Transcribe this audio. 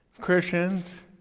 Christians